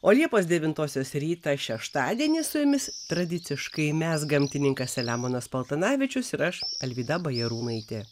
o liepos devintosios rytą šeštadienį su jumis tradiciškai mes gamtininkas selemonas paltanavičius ir aš alvyda bajarūnaitė